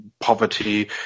poverty